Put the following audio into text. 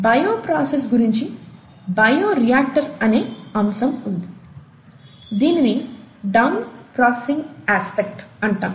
bio process గురించి bioreactor అనే అంశము ఉంది దీనిని డౌన్ స్ట్రీమ్ ప్రాసెసింగ్ యాస్పెక్ట్ అంటాము